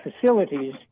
facilities